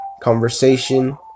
conversation